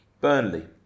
Burnley